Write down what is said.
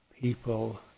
people